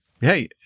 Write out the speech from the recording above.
Hey